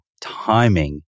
timing